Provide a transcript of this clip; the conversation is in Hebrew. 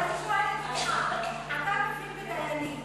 אז אני שואלת אותך: אתה מבין בדיינים,